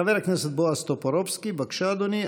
חבר הכנסת בועז טופורובסקי, בבקשה, אדוני.